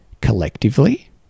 collectively